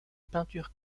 peintures